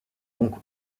donc